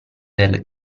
del